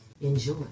Enjoy